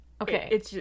Okay